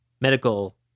medical